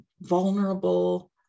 vulnerable